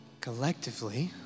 collectively